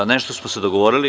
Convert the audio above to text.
Nešto smo se dogovorili.